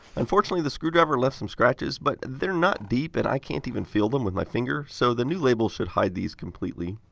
unfortunately, the screwdriver left some scratches, but they are not deep and i can't even feel them with my finger. so the new label should hide these completely.